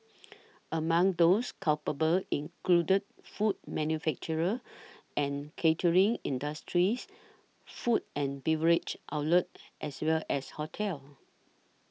among those culpable included food manufacture and catering industries food and beverage outlets as well as hotels